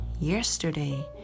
Yesterday